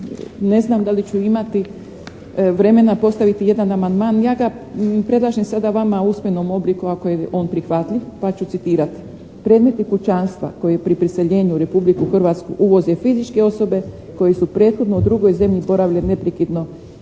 ne znam da li ću imati vremena postaviti jedan amandman. Ja ga predlažem sada vama u usmenom obliku ako je on prihvatljiv, pa ću citirati: "Predmeti kućanstva koje pri preseljenju u Republiku Hrvatsku uvoze fizičke osobe koje su prethodno u drugoj zemlji boravile neprekidno najmanje